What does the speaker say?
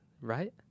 right